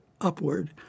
upward